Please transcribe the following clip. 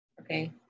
okay